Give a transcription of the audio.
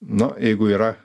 nu jeigu yra